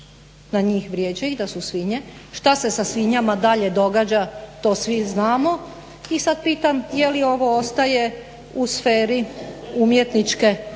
da njih vrijeđa i da su svinje, šta se sa svinjama dalje događa to svi znamo i sad pitam je li ovo ostaje u sferi umjetničke